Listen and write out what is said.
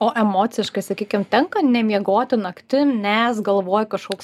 o emociškai sakykim tenka nemiegoti naktim nes galvoj kažkoks